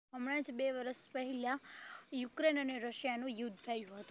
હમણાં જ બે વરસ પહેલાં યુક્રેન અને રશિયાનું યુદ્ધ થયું હતું